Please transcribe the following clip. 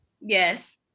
Yes